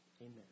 Amen